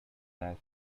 that